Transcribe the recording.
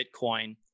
Bitcoin